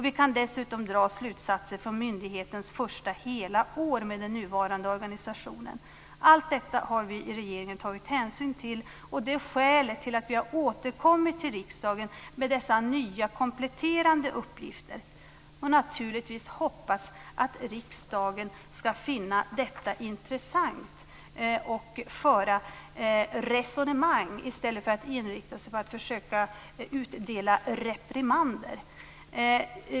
Vi kan dessutom dra slutsatser från myndighetens första hela år med den nuvarande organisationen. Allt detta har vi i regeringen tagit hänsyn till, och det är skälet till att vi har återkommit till riksdagen med dessa nya kompletterande uppgifter. Vi hoppas naturligtvis att riksdagen ska finna detta intressant och föra resonemang i stället för att inrikta sig på att försöka utdela reprimander.